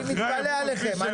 מתפלא עליכם.